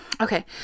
Okay